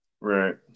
Right